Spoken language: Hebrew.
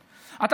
אתה,